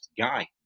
guy